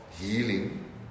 healing